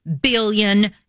billion